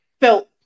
felt